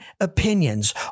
opinions